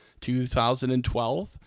2012